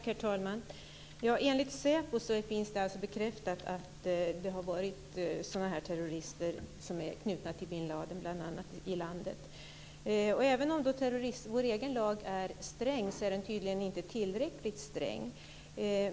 Herr talman! Enligt säpo finns det bekräftat att det har varit terrorister i Sverige som bl.a. är knutna till bin Ladin. Även om vår egen lagstiftning är sträng är den tydligen inte tillräcklingt sträng.